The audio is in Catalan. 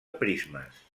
prismes